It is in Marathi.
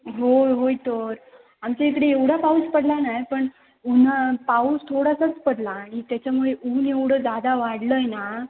होय होय तर आमच्या इकडे एवढा पाऊस पडला नाही पण ऊन पाऊस थोडासाच पडला आणि त्याच्यामुळे ऊन एवढं जादा वाढलं आहे ना